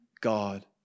God